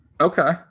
okay